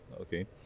Okay